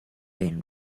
been